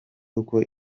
uko